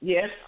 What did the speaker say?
Yes